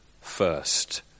first